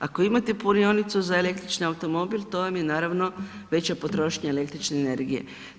Ako imate punionicu za električni automobil, to vam je naravno veća potrošnja električne energije.